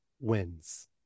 wins